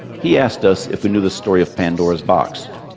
he asked us if we knew the story of pandora's box.